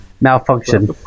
Malfunction